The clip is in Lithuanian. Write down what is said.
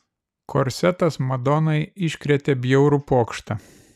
korsetas madonai iškrėtė bjaurų pokštą